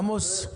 עמוס,